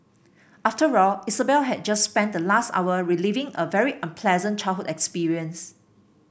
after all Isabel had just spent the last hour reliving a very unpleasant childhood experience